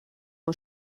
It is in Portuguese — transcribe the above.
uma